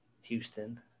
Houston